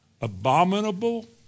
abominable